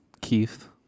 Keith